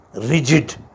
rigid